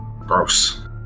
Gross